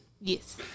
Yes